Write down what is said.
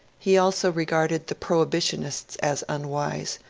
he also regarded the prohibitionists as unwise,